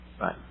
Right